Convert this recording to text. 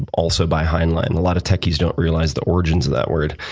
also by heinlein. a lot of techies don't realize the origins of that word.